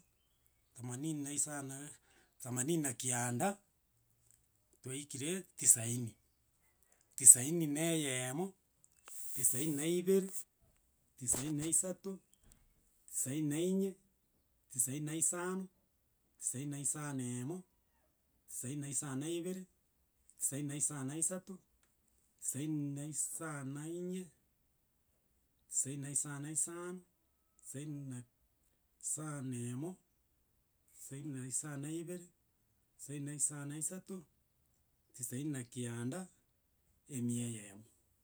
Thamanini na isano na, thamanini na kianda, twaikire tisaini. Tisaini na eyemo, tisaini na ibere, tisaini na isato, tisaini na inye, tisaini na isano, tisaini na isano na emo, tisaini na isano na ebere, tisaini na isano na esato, tisaini na isano na iinye, tisaini na isano na isano, tisaini na isano na emo, tisaini na isano na ibere, tisaini na isano na isato, tisaini na kianda, emia eyemo.